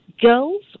girls